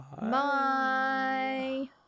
Bye